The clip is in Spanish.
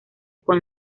con